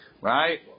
Right